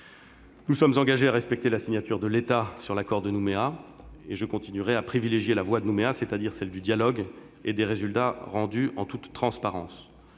Nous sommes engagés à respecter la signature de l'État concernant l'accord de Nouméa, et je continuerai à privilégier la voie de Nouméa, c'est-à-dire celle du dialogue et des résultats rendus en toute transparence.